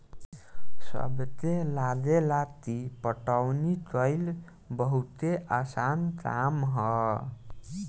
सबके लागेला की पटवनी कइल बहुते आसान काम ह